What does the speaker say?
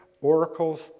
oracles